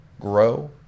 grow